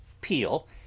peel